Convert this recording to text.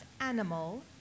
Animal